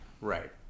Right